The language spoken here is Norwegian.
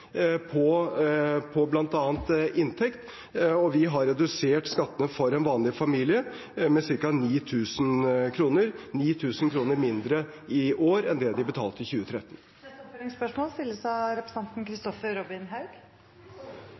på bl.a. inntekt. Vi har redusert skattene for en vanlig familie med ca. 9 000 kr – 9 000 kr mindre i år enn det de betalte i 2013. Kristoffer Robin Haug – til oppfølgingsspørsmål.